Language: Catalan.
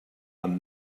amb